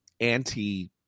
anti